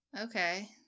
Okay